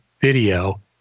video